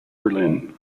berlin